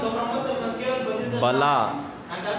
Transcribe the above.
ಬಲ